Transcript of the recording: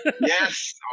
Yes